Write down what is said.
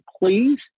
please